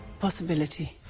possibility.